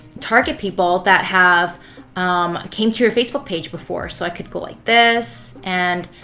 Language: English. target people that have um came to your facebook page before. so i could go like this and